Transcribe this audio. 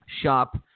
Shop